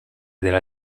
della